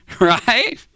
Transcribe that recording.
right